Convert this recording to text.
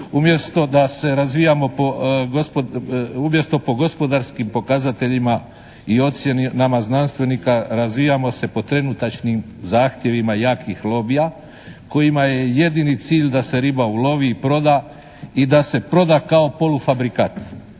umjesto po gospodarskim pokazateljima i ocjeni nama znanstvenika razvijamo se po trenutačnim zahtjevima jakih lobija kojima je jedini cilj da se riba ulovi i proda i da se proda kao polufabrikat.